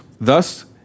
Thus